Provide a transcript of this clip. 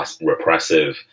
repressive